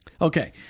okay